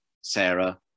Sarah